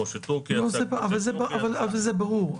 זה ברור.